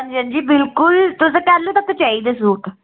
हंजी हंजी बिल्कुल तुसें कैह्लूं तक्कर चाहिदे सूट